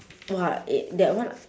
!wah! eh that one